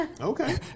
okay